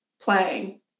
playing